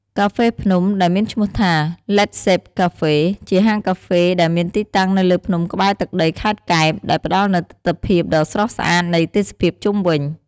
កាហ្វេភ្នំ ដែលមានឈ្នោះថា ឡេត ហ្សេប កាហ្វេ (LED ZEP CAFE) ជាហាងកាហ្វេដែលមានទីតាំងនៅលើភ្នំក្បែរទឹកដីខេត្តកែប ដែលផ្ដល់នូវទិដ្ឋភាពដ៏ស្រស់ស្អាតនៃទេសភាពជុំវិញ។